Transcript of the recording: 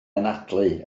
anadlu